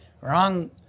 wrong